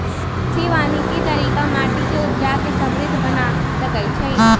कृषि वानिकी तरिका माटि के उपजा के समृद्ध बना सकइछइ